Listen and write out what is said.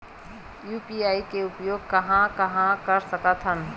UPI के उपयोग कहां कहा कर सकत हन?